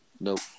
Nope